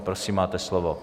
Prosím, máte slovo.